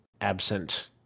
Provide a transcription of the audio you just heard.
absent